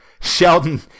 Sheldon